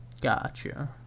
gotcha